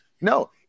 No